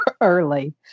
early